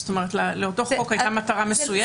זאת אומרת, לאותו חוק הייתה מטרה מסוימת.